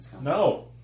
No